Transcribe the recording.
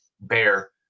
bear